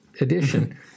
edition